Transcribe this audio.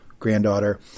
granddaughter